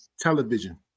Television